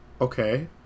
okay